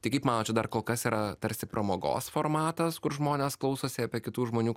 tai kaip manot čia dar kol kas yra tarsi pramogos formatas kur žmonės klausosi apie kitų žmonių